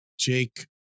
jake